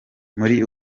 muri